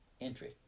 entry